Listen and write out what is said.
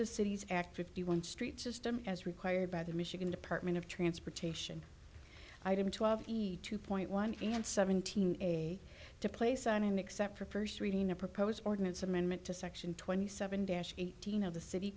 the city's active fifty one st system as required by the michigan department of transportation i did two of the two point one and seventeen a to play sign except for first reading a proposed ordinance amendment to section twenty seven dash eighteen of the city